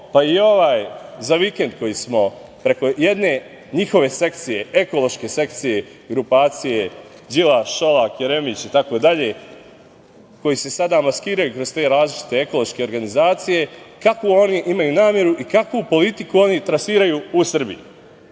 pa i ovaj za vikend koji smo preko jedne njihove sekcije, ekološke sekcije, grupacije, Đilas, Šolak, Jeremić itd. koji se sada maskiraju kroz te različite ekonomske organizacije, kakvu oni imaju nameru i kakvu politiku oni trasiraju u Srbiji. Mi